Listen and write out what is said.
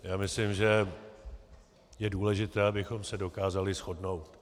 Já myslím, že je důležité, abychom se dokázali shodnout.